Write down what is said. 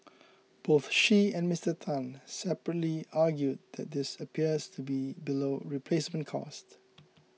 both she and Mister Tan separately argued that this appears to be below replacement cost